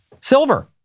silver